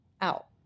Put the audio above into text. out